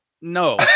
no